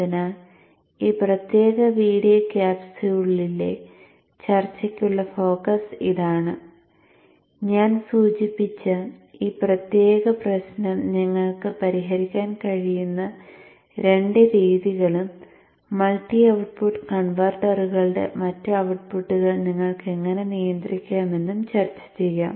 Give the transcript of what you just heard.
അതിനാൽ ഈ പ്രത്യേക വീഡിയോ ക്യാപ്സ്യൂളിലെ ചർച്ചയ്ക്കുള്ള ഫോക്കസ് ഇതാണ് ഞാൻ സൂചിപ്പിച്ച ഈ പ്രത്യേക പ്രശ്നം നിങ്ങൾക്ക് പരിഹരിക്കാൻ കഴിയുന്ന രണ്ട് രീതികളും മൾട്ടി ഔട്ട്പുട്ട് കൺവെർട്ടറുകളുടെ മറ്റ് ഔട്ട്പുട്ടുകൾ നിങ്ങൾക്ക് എങ്ങനെ നിയന്ത്രിക്കാമെന്നും ചർച്ച ചെയ്യും